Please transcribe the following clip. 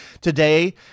Today